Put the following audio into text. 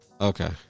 okay